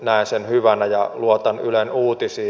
näen sen hyvänä ja luotan ylen uutisiin